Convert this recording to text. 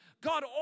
God